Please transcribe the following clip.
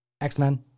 X-Men